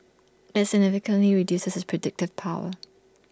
that significantly reduces its predictive power